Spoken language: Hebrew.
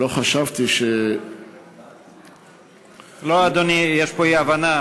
לא חשבתי, לא, אדוני, יש פה אי-הבנה.